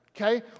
okay